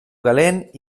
calent